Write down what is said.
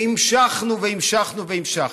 והמשכנו והמשכנו והמשכנו.